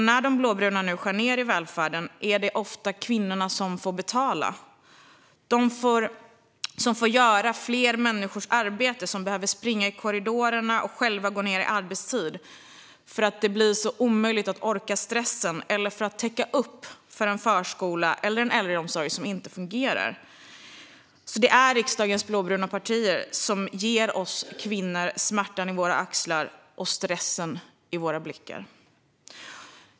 När de blåbruna nu skär ned på välfärden är det ofta kvinnorna som får betala. De får göra fler människors arbete, springa i korridorerna och gå ned i arbetstid för att det blir omöjligt att orka med stressen eller för att täcka upp för en förskola eller en äldreomsorg som inte fungerar. Det är riksdagens blåbruna partier som ger oss kvinnor smärtan i våra axlar och stressen i våra blickar.